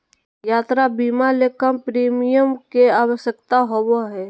यात्रा बीमा ले कम प्रीमियम के आवश्यकता होबो हइ